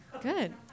Good